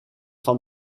van